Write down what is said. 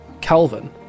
Calvin